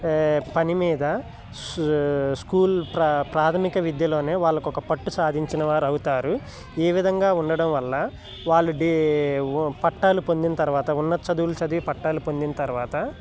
పని మీద స్కూల్ ప్ర ప్రాథమిక విద్యలోనే వాళ్ళకి పట్టు సాధించిన వారు అవుతారు ఏ విధంగా ఉండడం వల్ల వాళ్ళు పట్టాలు పొందిన తరువాత ఉన్న చదువులు చదివి పట్టాలు పొందిన తరువాత